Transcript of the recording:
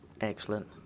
Excellent